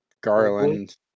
Garland